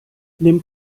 nimm